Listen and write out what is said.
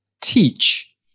teach